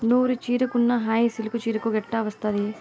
నూరు చీరకున్న హాయి సిల్కు చీరకు ఎట్టా వస్తాది